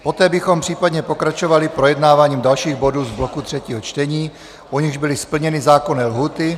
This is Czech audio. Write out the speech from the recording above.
Poté bychom případně pokračovali projednáváním dalších bodů z bloku třetího čtení, u nichž byly splněny zákonné lhůty.